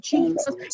Jesus